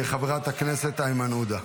חבר הכנסת איימן עודה,